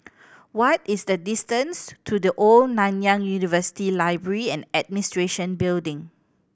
what is the distance to The Old Nanyang University Library and Administration Building